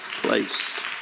place